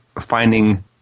finding